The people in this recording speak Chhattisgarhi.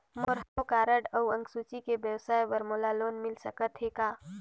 मोर हव कारड अउ अंक सूची ले व्यवसाय बर मोला लोन मिल सकत हे का?